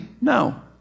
No